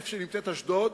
איפה שנמצאת אשדוד,